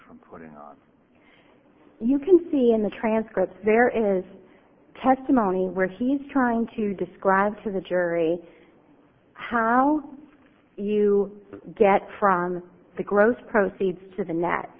from you can see in the transcript there is testimony where he's trying to describe to the jury how you get from the gross proceeds to the net